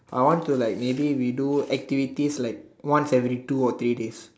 I want to like maybe redo activities like once every two or three days